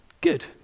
Good